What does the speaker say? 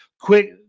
quick